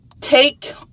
take